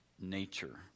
nature